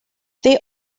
they